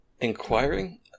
inquiring